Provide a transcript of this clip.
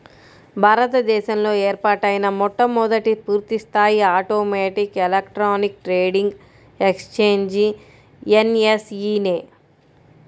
భారత దేశంలో ఏర్పాటైన మొట్టమొదటి పూర్తిస్థాయి automatic electronic trading exchange NSE నే